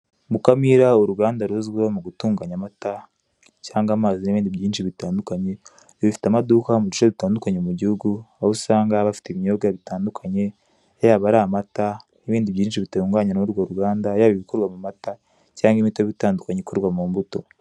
Mukamira uruganda ruzwiho mugutunganya amata cyangwa amazi n' ibindi bitandukanye , ifite amaduka muduce dutandukanye mugihugu, aho usanga bafite ibinyobwa bitandukanye, haba ari amata, nibindi byinshi butunganywa nurwo ruganda, haba ibikorwa mu mata cyangwa imitobe itandukanye ikorwa mumbuto.